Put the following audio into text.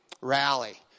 rally